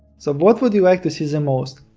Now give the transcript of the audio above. so what would you like to see the most?